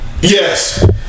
Yes